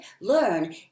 learn